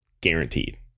Guaranteed